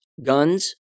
Guns